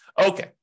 Okay